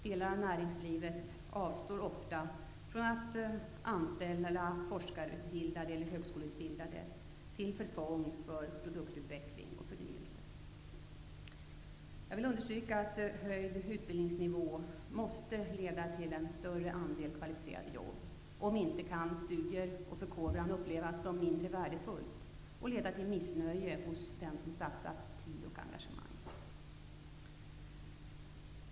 Delar av näringslivet avstår många gånger medvetet från att anställa forskarutbildade eller högskoleutbildade, till förfång för produktutveckling och förnyelse. Jag vill understryka att en höjd utbildningsnivå måste leda till en större andel kvalificerade jobb. Om inte, kan studier och förkovran upplevas som mindre värdefullt och leda till missnöje hos den som satsat tid och engagemang.